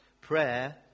Prayer